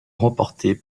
remportées